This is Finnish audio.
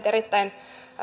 erittäin